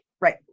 Right